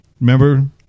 Remember